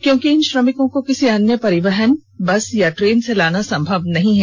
क्योंकि इन श्रमिकों को किसी अन्य परिवहन बस या ट्रेन से लाना संभव नहीं है